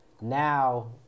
now